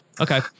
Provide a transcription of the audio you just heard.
okay